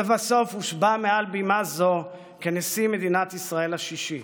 שלבסוף הושבע מעל בימה זו כנשיא מדינת ישראל השישי.